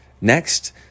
Next